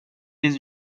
les